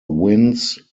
winds